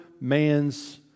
man's